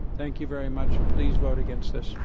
thank you very much. please vote against this.